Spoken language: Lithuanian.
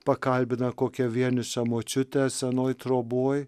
pakalbina kokią vienišą močiutę senoj troboj